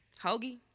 hoagie